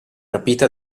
rapita